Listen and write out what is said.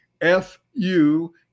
F-U